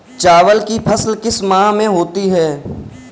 चावल की फसल किस माह में होती है?